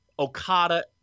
Okada